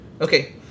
Okay